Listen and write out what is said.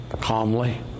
calmly